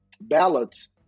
ballots